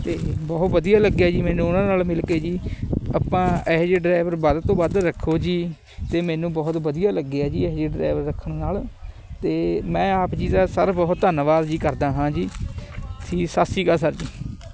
ਅਤੇ ਬਹੁਤ ਵਧੀਆ ਲੱਗਿਆ ਜੀ ਮੈਨੂੰ ਉਹਨਾਂ ਨਾਲ਼ ਮਿਲ ਕੇ ਜੀ ਆਪਾਂ ਇਹੋ ਜਿਹੇ ਡਰਾਈਵਰ ਵੱਧ ਤੋਂ ਵੱਧ ਰੱਖੋ ਜੀ ਅਤੇ ਮੈਨੂੰ ਬਹੁਤ ਵਧੀਆ ਲੱਗਿਆ ਜੀ ਇਹ ਜਿਹੇ ਡਰਾਈਵਰ ਰੱਖਣ ਨਾਲ਼ ਅਤੇ ਮੈਂ ਆਪ ਜੀ ਦਾ ਸਰ ਬਹੁਤ ਧੰਨਵਾਦ ਜੀ ਕਰਦਾ ਹਾਂ ਜੀ ਸੀ ਸਤਿ ਸ਼੍ਰੀ ਅਕਾਲ ਸਰ ਜੀ